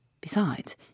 Besides